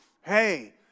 Hey